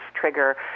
trigger